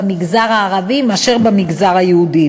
במגזר הערבי מאשר במגזר היהודי.